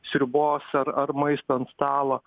sriubos ar ar maisto ant stalo